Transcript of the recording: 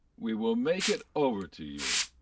we will make it over to you.